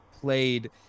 played